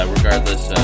regardless